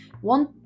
one